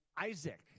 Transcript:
Isaac